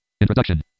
introduction